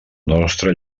nostre